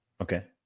Okay